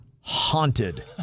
haunted